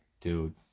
Dude